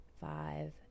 five